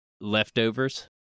leftovers